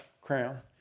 crown